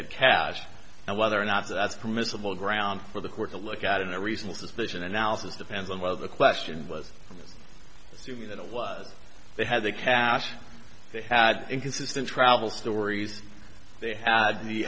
had cash and whether or not that's permissible grounds for the court to look at in a reasonable suspicion analysis depends on what the question was assuming that it was they had the cash they had inconsistent travel stories they had the